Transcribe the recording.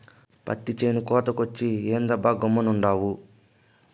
పత్తి చేను కోతకొచ్చే, ఏందబ్బా గమ్మునుండావు